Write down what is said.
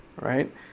right